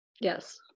Yes